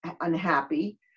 unhappy